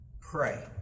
Pray